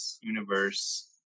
universe